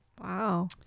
Wow